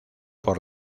por